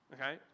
okay